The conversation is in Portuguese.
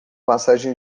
passagem